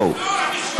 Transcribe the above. בואו,